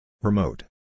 Remote